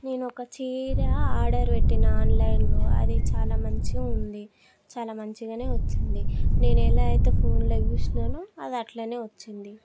నేను ఒక చీర ఆర్డర్ పెట్టినా ఆన్లైన్లో అది చాలా మంచిగా ఉంది చాలా మంచిగానే వచ్చింది నేను ఎలా అయితే ఫోన్లో చూసినానో అది అట్లానే వచ్చింది